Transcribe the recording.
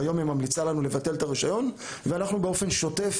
כיום היא ממליצה לנו לבטל את הרישיון ואנחנו באופן שוטף,